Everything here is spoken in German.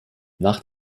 nach